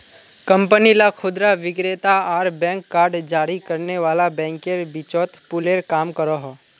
company ला खुदरा विक्रेता आर बैंक कार्ड जारी करने वाला बैंकेर बीचोत पूलेर काम करोहो